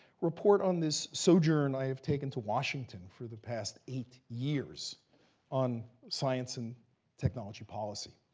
report on this sojourn i have taken to washington for the past eight years on science and technology policy.